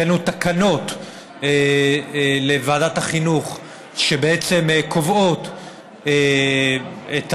הבאנו תקנות לוועדת החינוך שקובעות את